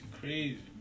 crazy